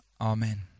amen